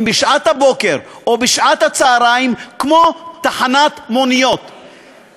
בשעת הבוקר או בשעת הצהריים כמו תחנת מוניות,